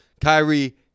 Kyrie